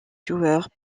joueurs